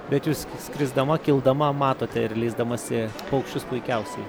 bet jūs skrisdama kildama matote ir leisdamasi paukščius puikiausiai